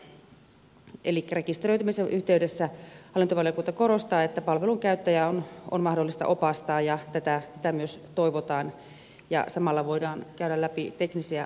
hallintovaliokunta korostaa että rekisteröitymisen yhteydessä palvelun käyttäjää on mahdollista opastaa ja tätä myös toivotaan ja samalla voidaan käydä läpi teknisiä rajoitteita